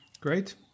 great